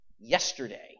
yesterday